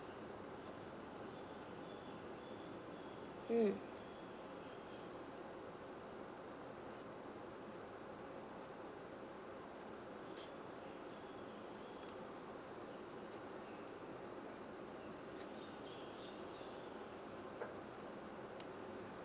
mm